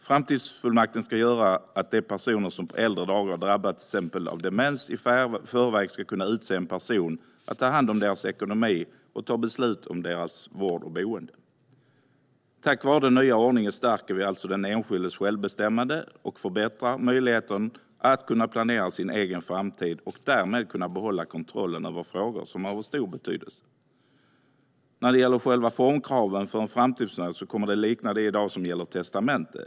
Framtidsfullmakten ska göra att de personer som på äldre dagar drabbas av till exempel demens i förväg ska kunna utse en person att ta hand om deras ekonomi och fatta beslut om deras vård och boende. Tack vare den nya ordningen stärker vi alltså den enskildes självbestämmande och förbättrar dennes möjligheter att kunna planera för sin egen framtid och därmed kunna behålla kontrollen över frågor som är av stor betydelse. När det gäller själva formkraven för en framtidsfullmakt kommer de att likna de som i dag gäller för testamenten.